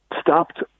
Stopped